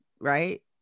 right